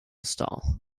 stall